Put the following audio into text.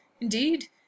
Indeed